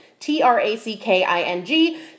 T-R-A-C-K-I-N-G